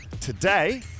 Today